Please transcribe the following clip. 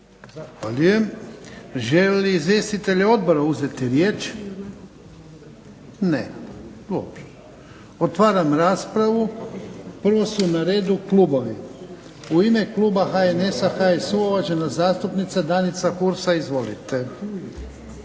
Zahvaljujem. Žele li izvjestitelji odbora uzeti riječ? Ne. Otvaram raspravu. Prvo su na redu klubovi. U ime kluba HNS-a, HSU-a uvažena zastupnica Danica Hursa. Izvolite.